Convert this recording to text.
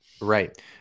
right